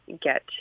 get